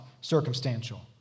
circumstantial